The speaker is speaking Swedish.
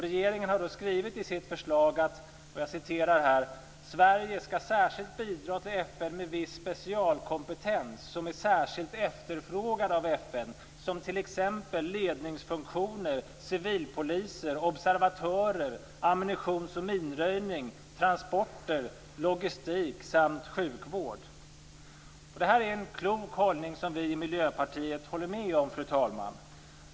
Regeringen har skrivit så här i sitt förslag: "Sverige skall särskilt bidra till FN med viss specialkompetens som är särskilt efterfrågad av FN som t.ex. Det här är en klok hållning som vi i Miljöpartiet håller med om, fru talman.